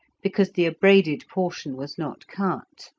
because the abraded portion was not cut.